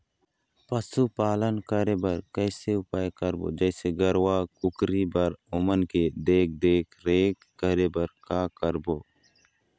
पशुपालन करें बर कैसे उपाय करबो, जैसे गरवा, कुकरी बर ओमन के देख देख रेख करें बर का करबो?